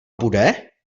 bude